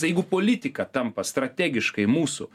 jeigu politika tampa strategiškai mūsų